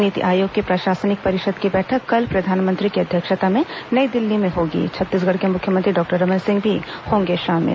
नीति आयोग की प्रशासनिक परिषद की बैठक कल प्रधानमंत्री की अध्यक्षता में नई दिल्ली में होगी छत्तीसगढ़ के मुख्यमंत्री डॉक्टर रमन सिंह भी होंगे शामिल